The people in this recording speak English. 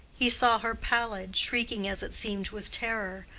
he saw her pallid, shrieking as it seemed with terror,